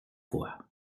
voix